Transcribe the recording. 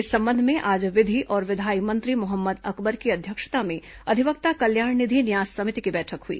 इस संबंध में आज विधि और विधायी मंत्री मोहम्मद अकबर की अध्यक्षता में अधिवक्ता कल्याण निधि न्यास समिति की बैठक हुई